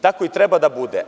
Tako i treba da bude.